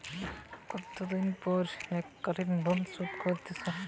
কতদিন পর এককালিন লোনশোধ করতে সারব?